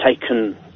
taken